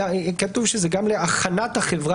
כתוב שזה גם להכנת החברה להפרטה.